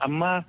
Ama